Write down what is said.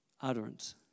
utterance